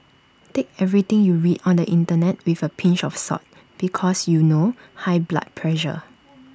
take everything you read on the Internet with A pinch of salt because you know high blood pressure